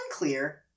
Unclear